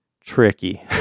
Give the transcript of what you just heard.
tricky